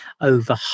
over